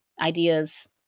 ideas